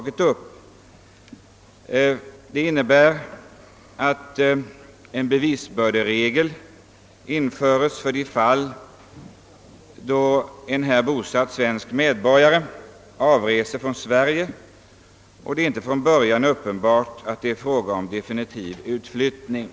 För det första föreslås att en bevisbörderegel införs för de fall då en här bosatt svensk medborgare avreser från Sverige och det inte från början är uppenbart att det är fråga om definitiv avflyttning.